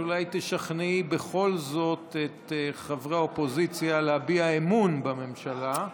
שאולי תשכנעי בכל זאת את חברי האופוזיציה להביע אמון בממשלה.